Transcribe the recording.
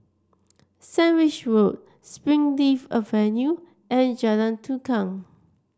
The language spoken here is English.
Sandwich Road Springleaf Avenue and Jalan Tukang